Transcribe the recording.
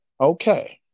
Okay